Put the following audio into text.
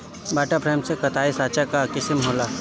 water frame कताई साँचा कअ किसिम होला